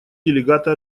делегата